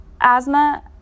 Asthma